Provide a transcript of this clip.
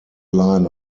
line